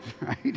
right